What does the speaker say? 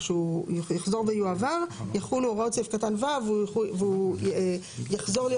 כשהוא יחזור ויועבר יחולו הוראות סעיף קטן (ו) והוא יחזור להיות